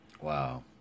Wow